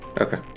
Okay